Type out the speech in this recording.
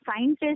scientists